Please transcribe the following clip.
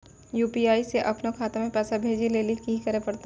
UPI से अपनो खाता मे पैसा भेजै लेली कि करै पड़तै?